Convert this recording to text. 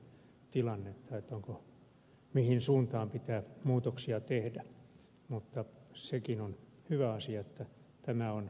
katsotaan sitten tilannetta mihin suuntaan pitää muutoksia tehdä mutta sekin on hyvä asia että tämä on määrämittainen